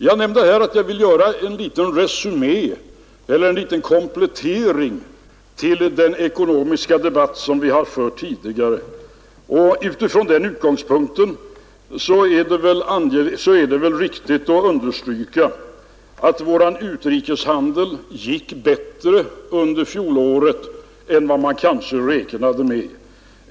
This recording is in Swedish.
Jag nämnde att jag vill göra en liten komplettering till den ekonomiska debatt som vi har fört tidigare, och utifrån den utgångspunkten är det väl riktigt att understryka att vår utrikeshandel gick bättre under fjolåret än vad man kanske räknade med.